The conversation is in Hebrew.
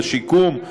השיקום,